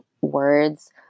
words